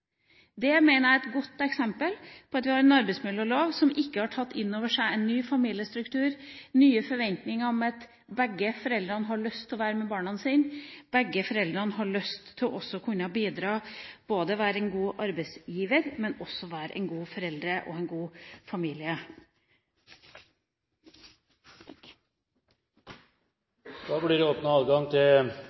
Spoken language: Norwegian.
Det mener jeg er et godt eksempel på at vi har en arbeidsmiljølov som ikke har tatt inn over seg en ny familiestruktur, nye forventninger om at begge foreldrene har lyst til å være sammen med barna sine, at begge foreldrene har lyst til å kunne bidra, at de ikke bare kan være gode arbeidstakere, men også være gode foreldre med en god familie. Det blir replikkordskifte. Det